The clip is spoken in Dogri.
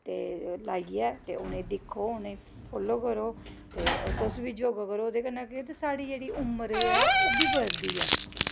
ते लाइयै ते उ'नें गी दिक्खो फॉलो करो तुस बी योगा करो ओह्दै कन्नै ओह्दै कन्नै केह् ऐ जेह्ड़ी साढ़ी उमर ऐ ओह् बी बद्धी ऐ